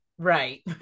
Right